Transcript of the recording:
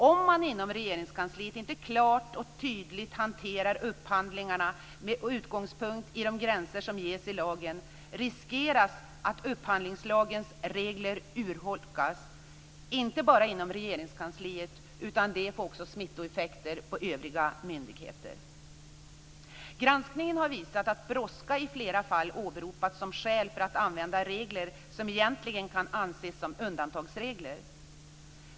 Om man inom Regeringskansliet inte klart och tydligt hanterar upphandlingarna med utgångspunkt i de gränser som ges i lagen, riskeras att upphandlingslagens regler urholkas. Detta gäller inte bara inom Regeringskansliet, utan det får också smittoeffekter på övriga myndigheter. Granskningen har visat att brådska i flera fall åberopats som skäl för att använda regler som egentligen kan anses som undantagsregler.